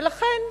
ולכן,